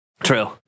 True